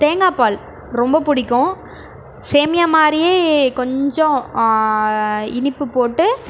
தேங்காய்பால் ரொம்ப பிடிக்கும் சேமியா மாதிரியே கொஞ்சம் இனிப்பு போட்டு